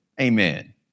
amen